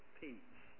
peace